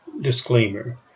disclaimer